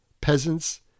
peasants